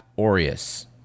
aureus